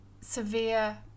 severe